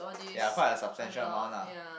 ya quite a substantial amount lah